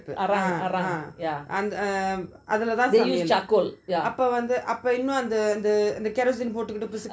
ah (uh huh) அந்த அதுல தான் சமையல் அப்போ இன்னும் இந்த இந்த:antha anthula thaan samayal apo inum intha intha kerosine போட்டுட்டு:potutu